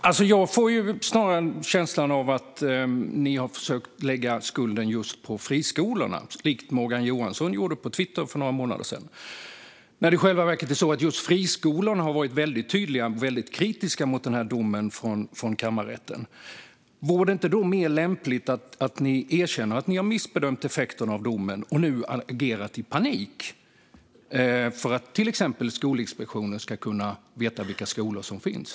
Fru talman! Jag får snarare en känsla av att ni har försökt att lägga skulden just på friskolorna, som Morgan Johansson gjorde på Twitter för några månader sedan, när det i själva verket är så att just friskolorna har varit väldigt tydligt kritiska mot domen från kammarrätten. Vore det då inte mer lämpligt att ni erkänner att ni har missbedömt effekten av domen och nu agerat i panik för att till exempel Skolinspektionen ska kunna veta vilka skolor som finns?